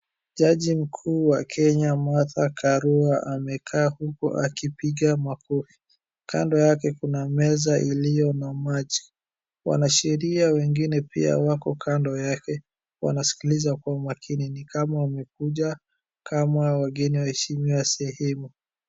Jaji mkuu wa kenya Martha Karua amekaa huku akipiga makofi, kando yake kuna meza iliyo na maji wanasheria wengine pia kando yake wanaskiliza kwa umakini ni kama wamekuja kama wageni wa heshima wa sehemu.